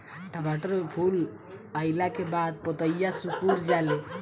टमाटर में फूल अईला के बाद पतईया सुकुर जाले?